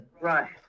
Right